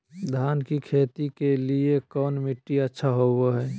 धान की खेती के लिए कौन मिट्टी अच्छा होबो है?